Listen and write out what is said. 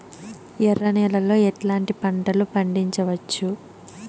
ఎర్ర నేలలో ఎట్లాంటి పంట లు పండించవచ్చు వచ్చు?